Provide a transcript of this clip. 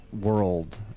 world